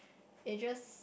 it just